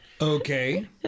okay